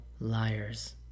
liars